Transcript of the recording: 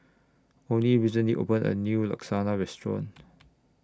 Onie recently opened A New Lasagna Restaurant